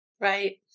Right